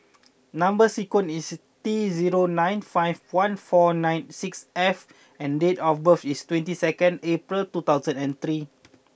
number sequence is T zero nine five one four nien six F and date of birth is twenty second April two thousand and three